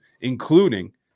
including